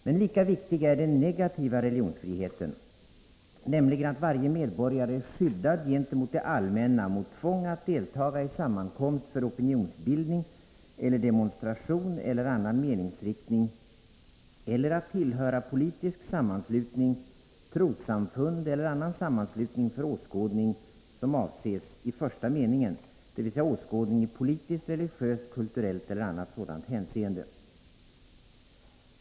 Men lika viktig är den negativa religionsfriheten, nämligen att varje medborgare är skyddad gentemot det allmänna mot tvång att deltaga i sammankomst för opinionsbildning eller demonstration eller annan meningsriktning eller att tillhöra politisk sammanslutning, trossamfund eller annan sammanslutning för åskådning, dvs. åskådning i politiskt, religiöst, kulturellt eller annat sådant hänseende.